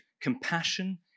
compassion